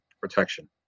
protection